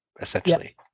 essentially